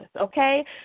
okay